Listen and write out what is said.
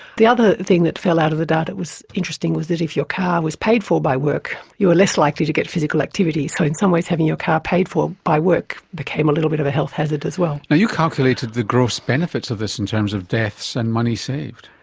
the other thing that fell out of the data that was interesting was that if your car was paid for by work you were less likely to get physical activity. so in some ways having your car paid for by work became a little bit of a health hazard as well. you calculated the gross benefits of this in terms of deaths and money saved.